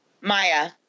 Maya